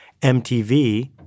MTV